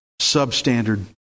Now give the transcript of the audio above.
substandard